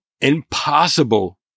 impossible